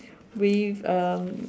with um